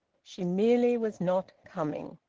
she merely was not coming.